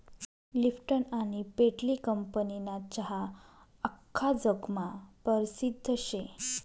Lipton आनी पेटली कंपनीना चहा आख्खा जगमा परसिद्ध शे